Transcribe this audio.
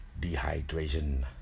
Dehydration